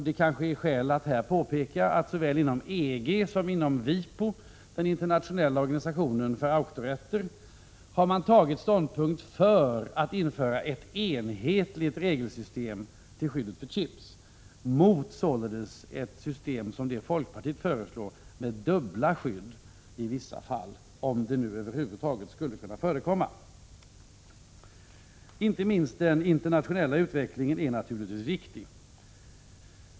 Det kanske är skäl att här påpeka att man såväl inom EG som inom WIPO, den internationella organisationen för auktorrätter, har tagit ställning för att införa ett enhetligt regelsystem för skyddet för chips, vilket således talar mot det system som folkpartiet föreslår med dubbla skydd i vissa fall. Naturligtvis är den internationella utvecklingen på området inte minst viktig.